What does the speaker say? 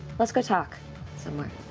let's go talk somewhere.